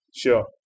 sure